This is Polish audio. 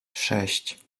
sześć